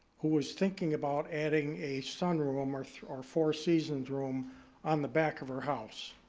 who was thinking about adding a sunroom or or four seasons room on the back of her house.